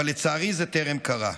אבל לצערי זה טרם קרה.